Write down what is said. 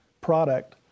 product